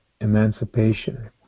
emancipation